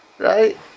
Right